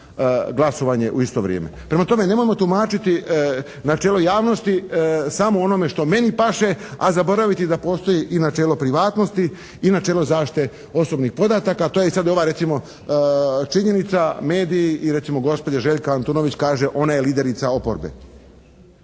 glasovanje u isto vrijeme. Prema tome, nemojmo tumačiti načelo javnosti samo onome što meni paše a zaboraviti da postoji i načelo privatnosti i načelo zaštite osobnih podataka. To je sada ova recimo činjenica mediji i recimo gospođa Željka Antunović. Kaže, ona je liderica oporbe.